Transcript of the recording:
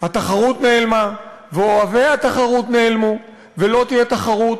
התחרות נעלמה ואוהבי התחרות נעלמו ולא תהיה תחרות,